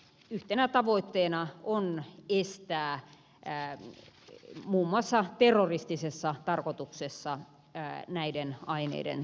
yhtenä tavoitteena on estää näiden aineiden saamista muun muassa terroristiseen tarkoitukseen